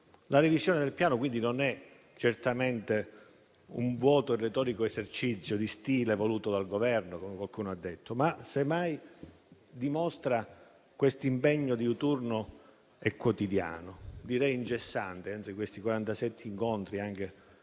La revisione del Piano quindi non è certamente un vuoto e retorico esercizio di stile voluto dal Governo, come qualcuno ha detto, ma semmai dimostra questo impegno diuturno e quotidiano, direi incessante. Ricordo i quarantasette incontri anche